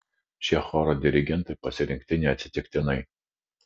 šie choro dirigentai pasirinkti neatsitiktinai